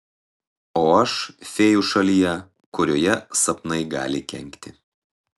o aš fėjų šalyje kurioje sapnai gali kenkti